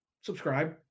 Subscribe